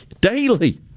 daily